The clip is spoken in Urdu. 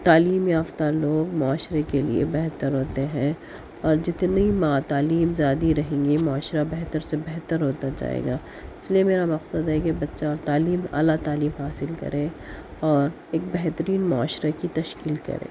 تعلیم یافتہ لوگ معاشرے کے لئے بہتر ہوتے ہیں اور جتنی ماں تعلیم زیادی رہیں گی معاشرہ بہتر سے بہتر ہوتا جائے گا اس لئے میرا مقصد ہے کہ بچہ تعلیم اعلیٰ تعلیم حاصل کرے اور ایک بہترین معاشرے کی تشکیل کرے